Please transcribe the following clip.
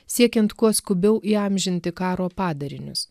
siekiant kuo skubiau įamžinti karo padarinius